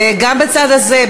גם בצד הזה,